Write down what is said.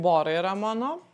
bora yra mano